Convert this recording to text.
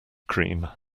cream